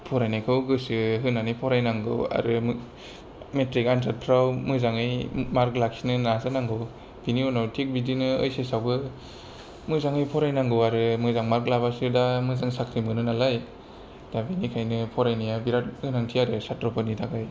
फरायनायखौ गोसो होनानै फरायनांगौ आरो मेट्रिक आनजादफ्राव मोजाङै मार्क लाखिनो नाजानांगौ बिनि उनाव थिग बिदिनो ओइस एस आवबो मोजाङै फरायनांगौ आरो मोजां मार्क लाबासो दा मोजां साख्रि मोनो नालाय दा बिनिखायनो फरायनाया बिराद गोनांथि आरो सात्र'फोरनि थाखाय